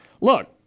look